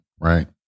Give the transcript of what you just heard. right